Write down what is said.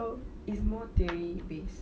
so it's more theory based